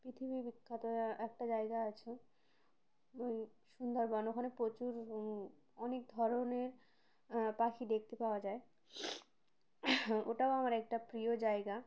পৃথিবী বিখ্যাত একটা জায়গা আছে ওই সুন্দরবন ওখানে প্রচুর অনেক ধরনের পাখি দেখতে পাওয়া যায় ওটাও আমার একটা প্রিয় জায়গা